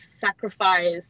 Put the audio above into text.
sacrifice